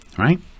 right